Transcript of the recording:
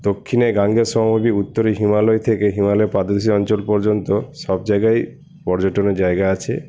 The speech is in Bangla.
দক্ষিণে গাঙ্গেয় উত্তরে হিমালয় থেকে হিমালয় পাদদেশে অঞ্চল পর্যন্ত সব জায়গায় পর্যটনের জায়গা আছে